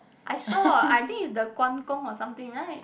I saw I think is the guan-gong or something right